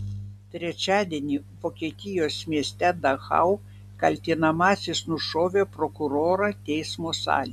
trečiadienį vokietijos mieste dachau kaltinamasis nušovė prokurorą teismo salėje